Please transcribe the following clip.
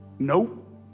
Nope